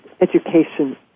education